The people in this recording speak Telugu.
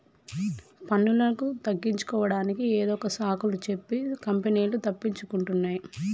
పన్నులను తగ్గించుకోడానికి ఏదొక సాకులు సెప్పి కంపెనీలు తప్పించుకుంటున్నాయ్